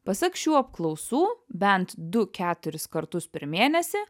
pasak šių apklausų bent du keturis kartus per mėnesį